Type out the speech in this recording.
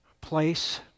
place